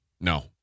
No